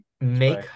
Make